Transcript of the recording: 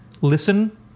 listen